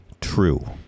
true